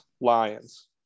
lions